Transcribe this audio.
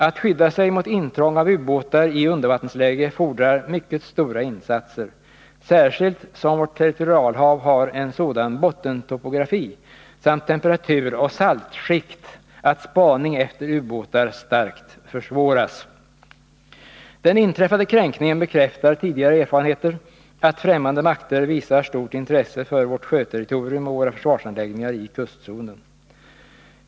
Att skydda sig mot intrång av ubåtar i undervattensläge fordrar mycket stora insatser, särskilt som vårt territorialhav har en sådan bottentopografi samt temperaturoch saltskikt att spaning efter ubåtar starkt försvåras. Den inträffade kränkningen bekräftar tidigare erfarenheter att främmande makter visar stort intresse för vårt sjöterritorium och våra försvarsanläggningar i kustzonen.